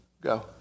Go